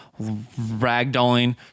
ragdolling